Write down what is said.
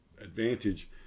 advantage